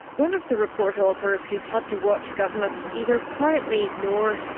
one of the report authors who's had to watch governments either quietly ignore,